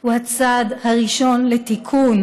הוא הצעד הראשון לתיקון.